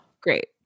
Great